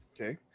okay